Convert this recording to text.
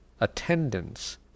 attendance